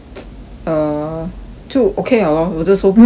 err 就 okay liao lor 我的手不会有痒到 lor